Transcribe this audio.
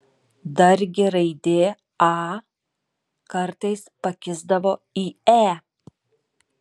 dargi raidė a kartais pakisdavo į e